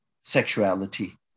sexuality